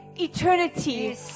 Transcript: eternity